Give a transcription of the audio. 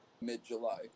mid-July